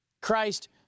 Christ